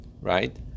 right